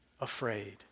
afraid